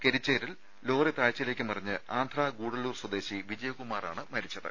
കെരിച്ചേരിൽ lorry താഴ്ച്ചയിലേക്ക് മറിഞ്ഞ് ആന്ധ്രാ ഗൂഡല്ലൂർ സ്വദേശി വിജയകുമാറാണ് മരിച്ചത്